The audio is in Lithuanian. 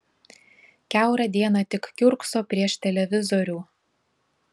kiaurą dieną tik kiurkso prieš televizorių